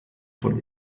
von